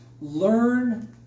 learn